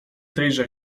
tejże